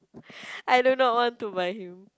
I do not want to buy him